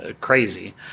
crazy